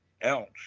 else